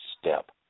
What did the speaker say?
step